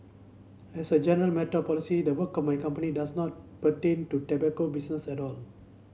as a general matter of policy the work my company does not pertain to tobacco business at all